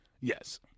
Yes